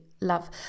love